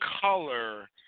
color